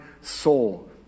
soul